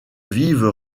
vives